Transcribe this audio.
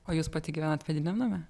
o jūs pati gyvenat mediniam name